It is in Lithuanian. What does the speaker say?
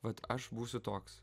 vat aš būsiu toks